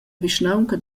vischnaunca